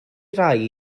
rai